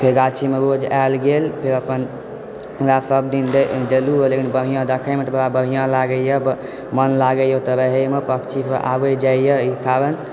फेर गाछीमे रोज आएल गेल फेर अपन ओएह सब दिन देलहुँ लेकिन बढ़िआँ देखैमे तऽ बड़ा बढ़िआँ लागैए मन लागैए ओतऽ रहएमे पक्षी सब आबै जाइत यऽ ओहि कारण